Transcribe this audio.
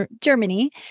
Germany